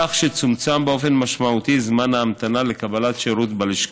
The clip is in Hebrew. כך שצומצם באופן משמעותי זמן ההמתנה לקבלת שירות בלשכה.